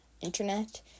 internet